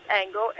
angle